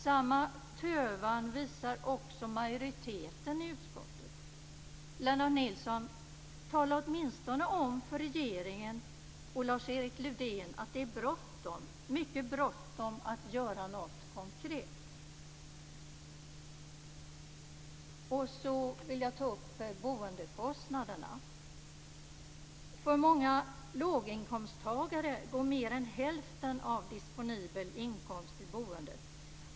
Samma tövan visar också majoriteten i utskottet. Tala åtminstone om för regeringen och Lars-Erik Lövdén, Lennart Nilsson, att det är bråttom att göra något konkret. Jag vill ta upp frågan om boendekostnaderna. För många låginkomsttagare går mer än hälften av disponibel inkomst till boendet.